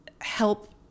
help